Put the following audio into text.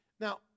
now